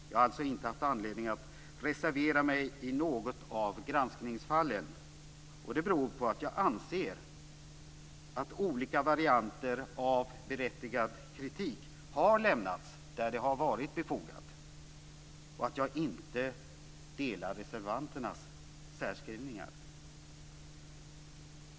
Jag har inte haft anledning att reservera mig i något av granskningsfallen, och det beror på att jag anser att olika varianter av berättigad kritik har förts fram där det har varit befogat och att jag inte står bakom reservanternas särskrivningar.